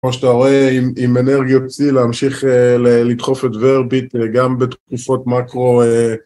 כמו שאתה רואה עם אנרגיה פסיל להמשיך לדחוף את ורביט גם בתקופות מקרו